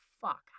fuck